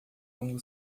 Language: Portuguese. longo